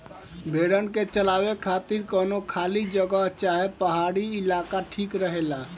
भेड़न के चरावे खातिर कवनो खाली जगह चाहे पहाड़ी इलाका ठीक रहेला